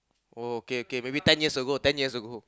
oh okay okay maybe ten years ago ten years ago